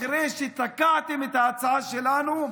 אחרי שתקעתם את ההצעה שלנו,